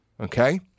Okay